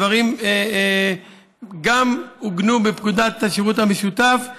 הדברים גם עוגנו בפקודת השירות המשותף.